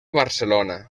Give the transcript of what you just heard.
barcelona